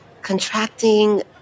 contracting